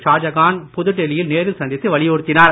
ஷாஜகான் புதுடெல்லியில் நேரில் சந்தித்து வலியுறுத்தினார்